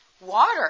water